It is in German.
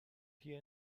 hier